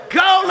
go